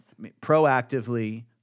proactively